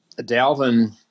Dalvin